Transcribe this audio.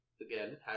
Again